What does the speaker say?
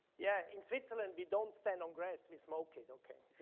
yeah, in switzerland we don't stand on grass, we smoke it, okay?